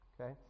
Okay